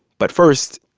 but first,